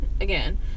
again